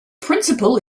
principal